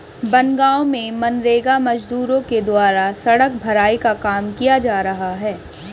बनगाँव में मनरेगा मजदूरों के द्वारा सड़क भराई का काम किया जा रहा है